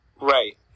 Right